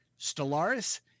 Stellaris